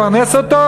לפרנס אותו,